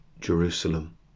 Jerusalem